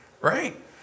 right